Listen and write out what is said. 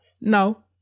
No